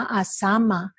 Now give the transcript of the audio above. asama